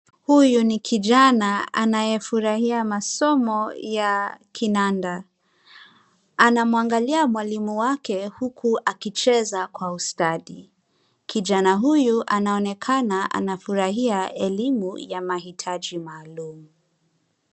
Huyu ni kijana anayefurahia masomo ya kinanda. Anamuangalia mwalimu wake huku akicheza kwa ustadi. Kijana huyu anaonekana anafurahia elimu ya mahitaji maalumu.